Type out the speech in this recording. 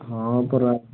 ହଁ ପରା